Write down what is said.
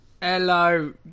Hello